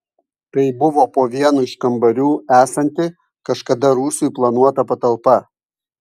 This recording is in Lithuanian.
tai buvo po vienu iš kambarių esanti kažkada rūsiui planuota patalpa